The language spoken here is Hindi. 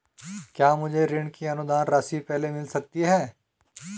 क्या मुझे ऋण की अनुदान राशि पहले मिल सकती है?